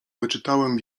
wyczytałem